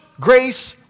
grace